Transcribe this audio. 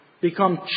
become